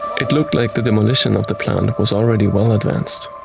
it looked like the demolition of the plant was already well advanced.